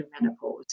menopause